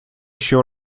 еще